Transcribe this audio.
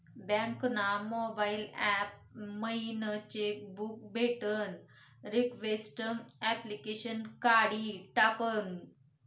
bank ना mobile app मयीन cheque book भेटानं रिक्वेस्ट ऑप्शन काढी टाकं